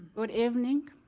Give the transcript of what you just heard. good evening.